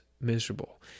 miserable